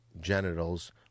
genitals